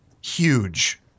huge